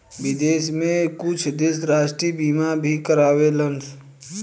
विदेश में कुछ देश राष्ट्रीय बीमा भी कारावेलन